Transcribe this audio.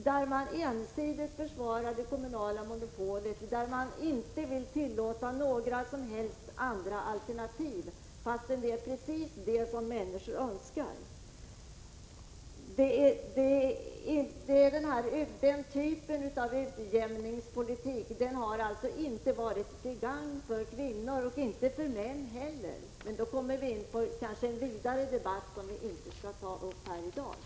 Därvid försvarar socialdemokraterna ensidigt det kommunala monopolet och vill inte tillåta några som helst andra alternativ, fast det är precis sådana som människor önskar. Den typen av utjämningspolitik har inte varit till gagn för kvinnor och inte heller för män. Men då kanske vi kommer in på en vidare debatt som vi inte skall ta upp i dag.